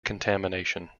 contamination